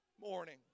morning